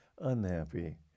unhappy